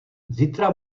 zítra